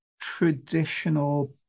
traditional